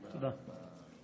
תודה.